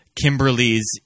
Kimberly's